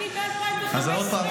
אני ב-2015 לא --- אז עוד פעם,